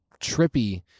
trippy